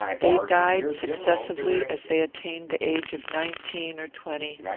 they died successively as they attained the age of nineteen or twenty,